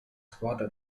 squadra